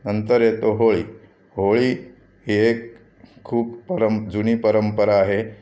नंतर येतो होळी होळी ही एक खूप परं जुनी परंपरा आहे